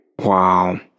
Wow